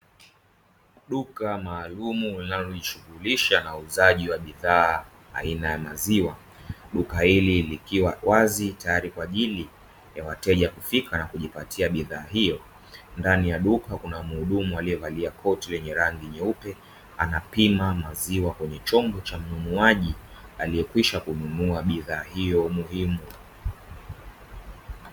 Duka maalumu linalojishughulisha na uuzaji wa bidhaa aina maziwa. Duka hili likiwa wazi tayari kwa ajili ya wateja kufika na kujipatia bidhaa hiyo, ndani ya duka kuna mhudumu aliyevalia koti lenye rangi nyeupe. Anapima maziwa kwenye chombo cha mnunuaji, aliyekwisha nunua bidhaa hiyo muhimu.